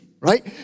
right